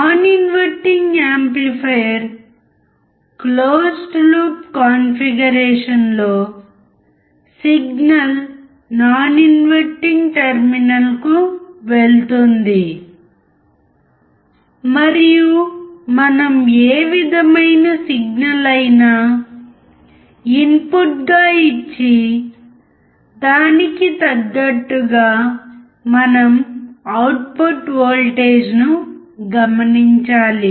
non inverting amplifier close loop configuration లో signal non inverting టెర్మినల్కు వెళుతుంది మరియు మనం ఏ విధమైన సిగ్నల్ అయినా ఇన్పుట్గా ఇచ్చి దానికి తగ్గట్టుగా మనం అవుట్పుట్ వోల్టేజ్ను గమనించాలి